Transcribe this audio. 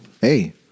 Hey